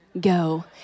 Go